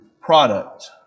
product